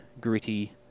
gritty